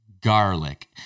garlic